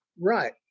Right